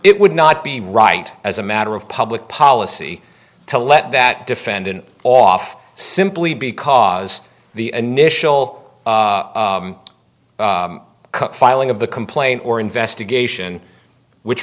it would not be right as a matter of public policy to let that defendant off simply because the initial filing of the complaint or investigation which